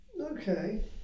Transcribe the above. Okay